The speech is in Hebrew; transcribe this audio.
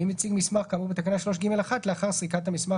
ואם הציג מסמך כאמור בתקנה 3(ג)(1) לאחר סריקת המסמך